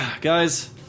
Guys